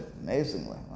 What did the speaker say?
amazingly